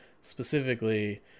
specifically